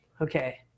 okay